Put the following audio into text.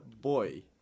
boy